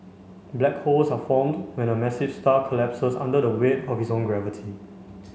black holes are formed when a massive star collapses under the weight of its own gravity